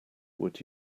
would